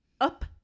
up